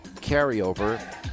carryover